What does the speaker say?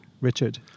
Richard